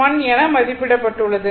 1 என மதிப்பிடப்பட்டுள்ளது